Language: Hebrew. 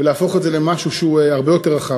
ולהפוך את זה למשהו שהוא הרבה יותר רחב.